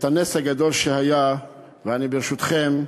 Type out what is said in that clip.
הנס הגדול שהיה, ואני, ברשותכם,